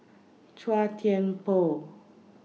Chua Thian Poh